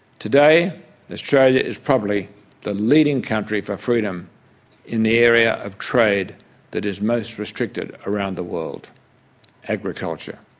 today australia is probably the leading country for freedom in the area of trade that is most restricted around the world agriculture.